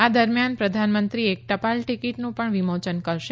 આ દરમિયાન પ્રધાનમંત્રી એક ટપાલ ટીકીટનું પણ વિમોચન કરશે